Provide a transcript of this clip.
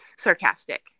sarcastic